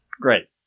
Great